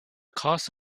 cause